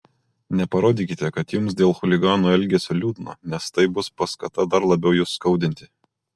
neparodykite kad jums dėl chuliganų elgesio liūdna nes tai bus paskata dar labiau jus skaudinti